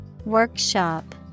Workshop